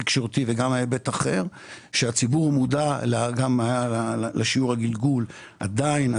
אתה מציג כאן נתונים שנוגעים רק לאלה שיכולים לסגור כסף לשנה עד שנתיים.